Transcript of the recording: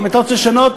אם אתה רוצה לשנות,